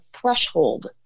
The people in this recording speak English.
threshold